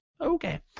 Okay